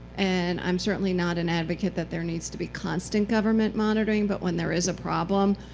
and i'm certainly not an advocate that there needs to be constant government monitoring, but when there is a problem,